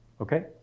Okay